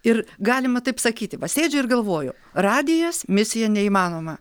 ir galima taip sakyti va sėdžiu ir galvoju radijas misija neįmanoma